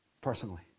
personally